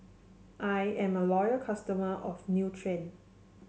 I am a loyal customer of Nutren